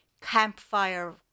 campfire